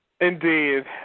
Indeed